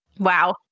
Wow